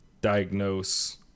diagnose